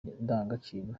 n’indangagaciro